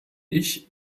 ich